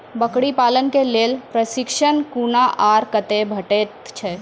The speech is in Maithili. बकरी पालन के लेल प्रशिक्षण कूना आर कते भेटैत छै?